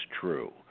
true